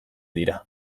dira